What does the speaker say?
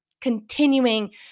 continuing